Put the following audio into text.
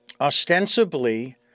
ostensibly